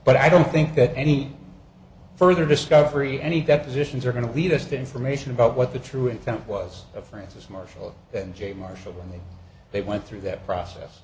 but i don't think that any further discovery any depositions are going to lead us to information about what the true intent was of francis marshall and j marshall when they went through that process